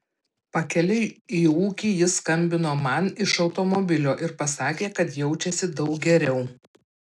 pakeliui į ūkį jis skambino man iš automobilio ir pasakė kad jaučiasi daug geriau